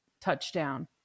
touchdown